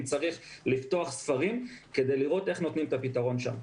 צריך לפתוח ספרים כדי לראות איך נותנים את הפתרון שם.